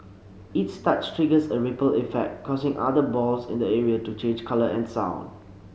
each touch triggers a ripple effect causing other balls in the area to change colour and sound